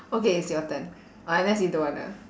okay it's your turn uh unless you don't want ah